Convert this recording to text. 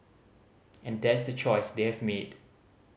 and that's the choice they have made